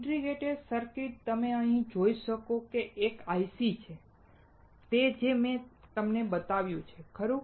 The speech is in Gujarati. ઇન્ટિગ્રેટેડ સર્કિટ તમે અહીં જોઈ શકો છો એક IC છે તે જ મેં તમને બતાવ્યું છે ખરું